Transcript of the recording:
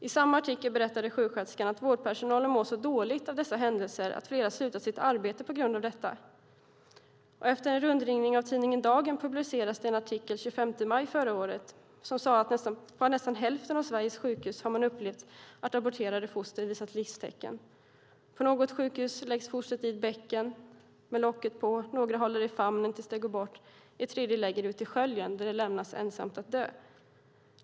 I samma artikel berättade sjuksköterskan att vårdpersonalen mår så dåligt av dessa händelser att flera har slutat sitt arbete på grund av det. Efter en rundringning av tidningen Dagen publicerades en artikel den 25 maj förra året, där det sades att man på nästan hälften av Sveriges sjukhus har upplevt att aborterade foster visat livstecken. På något sjukhus läggs fostret i ett bäcken med locket på. Några håller det i famnen tills det går bort, och en tredje lägger det ute i sköljen där det lämnas ensamt att dö.